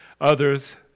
Others